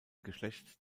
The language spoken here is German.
geschlecht